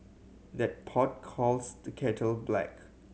that pot calls the kettle black